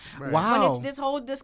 Wow